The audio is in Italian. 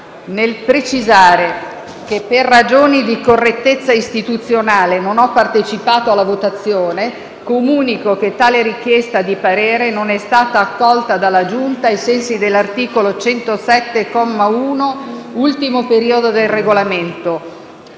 Nel precisare che, per ragioni di correttezza istituzionale, non ho partecipato alla votazione, comunico che tale richiesta di parere non è stata accolta dalla Giunta, ai sensi dell'articolo 107, comma 1, ultimo periodo, del Regolamento.